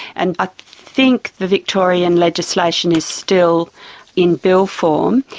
and i think the victorian legislation is still in bill form.